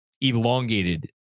elongated